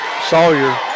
Sawyer